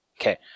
Okay